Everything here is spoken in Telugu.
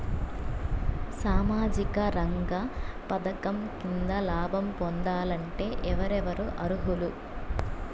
సామాజిక రంగ పథకం కింద లాభం పొందాలంటే ఎవరెవరు అర్హులు?